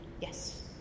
Yes